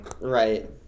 Right